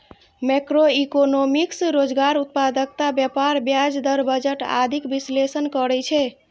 macroeconomics रोजगार, उत्पादकता, व्यापार, ब्याज दर, बजट आदिक विश्लेषण करै छै